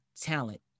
talent